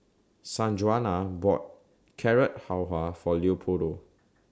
Sanjuana bought Carrot Halwa For Leopoldo